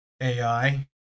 AI